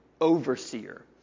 overseer